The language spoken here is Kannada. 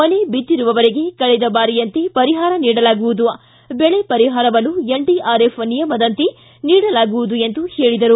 ಮನೆ ಬಿದ್ದಿರುವವರಿಗೆ ಕಳೆದ ಬಾರಿಯಂತೆ ಪರಿಹಾರ ನೀಡಲಾಗುವುದು ಬೆಳೆ ಪರಿಹಾರವನ್ನು ಎನ್ಡಿಆರ್ಎಫ್ ನಿಯಮದಂತೆ ನೀಡಲಾಗುವುದು ಎಂದು ಹೇಳಿದರು